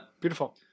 beautiful